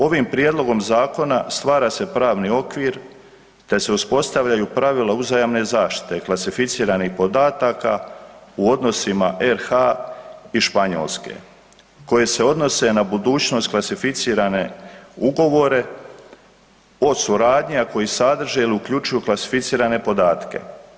Ovim prijedlogom zakona stvara se pravni okvir te se uspostavljaju pravila uzajamne zaštite klasificiranih podataka u odnosima RH i Španjolske koje se odnose na budućnost klasificirane ugovore o suradnji, a koji sadrže ili uključuju klasificirane podatke.